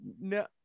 no